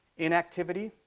inactivity,